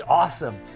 awesome